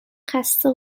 خسته